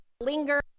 linger